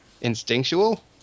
Instinctual